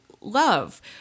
love